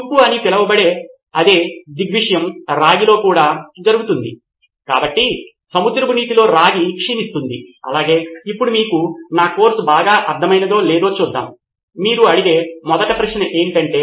నితిన్ కురియన్ కాబట్టి ఇది ఎలా ధృవీకరించబడుతుంది లేదా అంశము యొక్క సారూప్య అవగాహన ఎలా విద్యార్థి సమూహములోకి వచ్చి దానిని సూచించగలిగే ఒక సాధారణ గమనికను సృష్టించవచ్చు మరియు ఈ అంశంపై అతని అవగాహన అతను నేర్చుకున్నదానితో సమకాలీకరిస్తుంది మరియు దాదాపు పూర్తి అవుతుంది